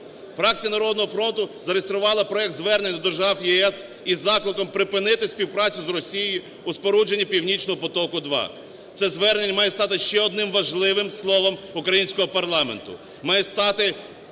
Фракція "Народного фронту" зареєструвала проект-звернення до держав ЄС із закликом припинити співпрацю з Росією у спорудженні "Північного потоку-2". Це звернення має стати ще одним важливим словом українського парламенту,